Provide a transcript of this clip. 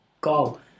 go